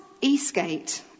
Eastgate